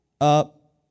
up